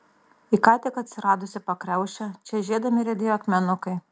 į ką tik atsiradusią pakriaušę čežėdami riedėjo akmenukai